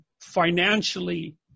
financially